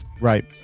Right